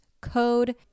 code